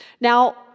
Now